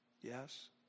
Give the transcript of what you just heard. Yes